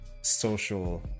social